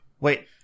Wait